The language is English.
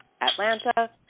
Atlanta